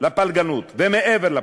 לפלגנות ומעבר לפוליטיקה.